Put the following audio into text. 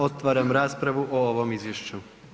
Otvaram raspravu o ovom izvješću.